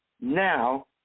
now